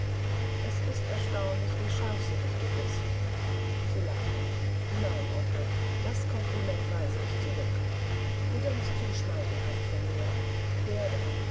es ist erstaunlich wie scharfsinnig du bist sie lachte nein onkel das kompliment weise ich zurück du denkst zu schmeichelhaft von mir der da